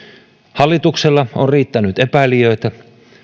hallituksella on riittänyt epäilijöitä